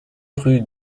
rue